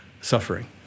suffering